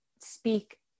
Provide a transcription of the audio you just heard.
speak